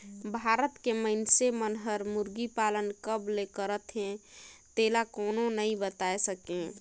भारत के मइनसे मन हर मुरगी पालन कब ले करत हे तेला कोनो नइ बताय सके